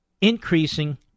increasing